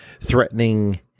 threatening